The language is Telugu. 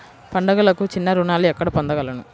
పండుగలకు చిన్న రుణాలు ఎక్కడ పొందగలను?